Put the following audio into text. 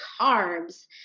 carbs